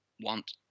want